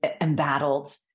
embattled